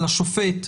על השופט?